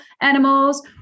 animals